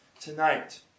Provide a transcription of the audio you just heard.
tonight